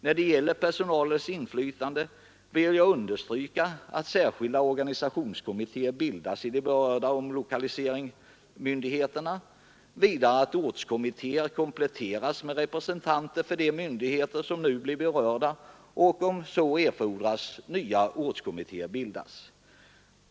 När det gäller personalens inflytande vill jag understryka att särskilda Organisationskommittéer bildas i de berörda omlokaliseringsmyndigheterna, och att ortskommittéerna kompletteras med representanter för de myndigheter som nu blir berörda och att om så erfordras nya ortskommittéer bildas.